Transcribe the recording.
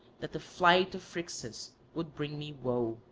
that the flight of phrixus would bring me woe.